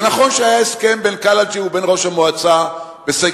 ונכון שהיה הסכם בין קלעג'י ובין ראש המועצה ושגב-שלום,